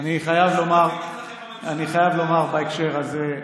שר החקלאות ופיתוח הכפר עודד פורר: אני חייב לומר בהקשר הזה,